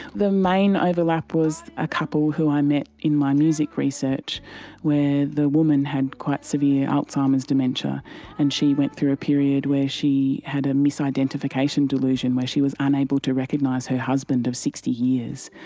the main overlap was a couple who i met in my music research where the woman had quite severe alzheimer's dementia and she went through a period where she had a misidentification delusion where she was unable to recognise her husband of sixty years.